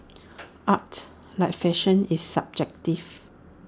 art like fashion is subjective